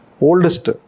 Oldest